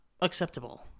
acceptable